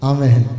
Amen